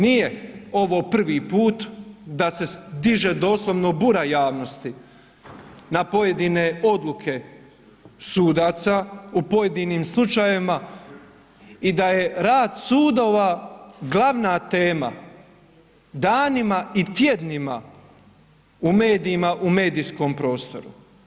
Nije ovo prvi put da se diže doslovno bura javnosti na pojedine odluke sudaca u pojedinim slučajevima i da je rad sudova glavna tema danima i tjednima u medijima u medijskom prostoru.